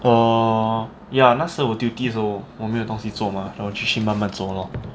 err ya 那是我 duty 的时候我没有东西做 mah then 我就去慢慢做 lor